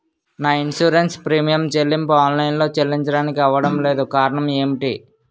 నా insurance premium చెల్లింపు online లో చెల్లించడానికి అవ్వడం లేదు కారణం ఏమిటి?